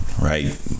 right